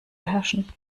herrschen